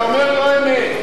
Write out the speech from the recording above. אתה אומר לא אמת.